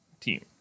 team